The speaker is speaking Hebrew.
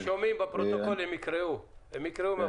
הם יקראו מהפרוטוקול.